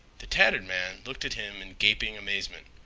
the tattered man looked at him in gaping amazement.